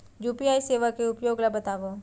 UPI सेवा के उपयोग ल बतावव?